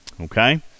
okay